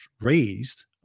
raised